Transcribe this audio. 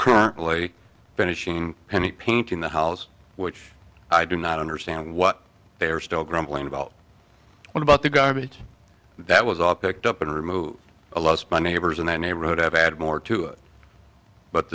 currently finishing any painting the house which i do not understand what they are still grumbling about what about the garbage that was all picked up and remove a loss by neighbors in the neighborhood have added more to it but